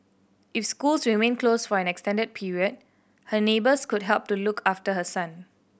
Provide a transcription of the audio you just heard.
if schools remain close for an extended period her neighbours could help to look after her son